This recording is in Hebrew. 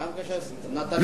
גם, זה לא שעת שאלות, חברים.